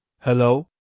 Hello